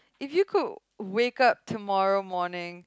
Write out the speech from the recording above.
if you could wake up tomorrow morning